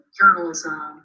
journalism